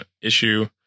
issue